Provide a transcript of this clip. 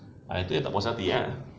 ah itu tak puas hati ah